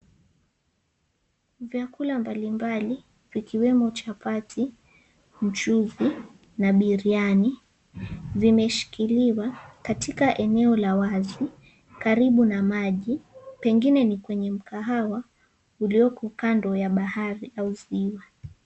Vyakula mbalimbali, vikiwemo chapati, mchuzi na biriani, vimeshikiliwa katika eneo la wazi karibu na maji, pengine ni mkahawa ulioko kando ya bahari au ziwa.